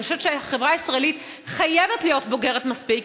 ואני חושבת שהחברה הישראלית חייבת להיות בוגרת מספיק,